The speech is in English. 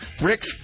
Rick